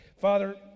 Father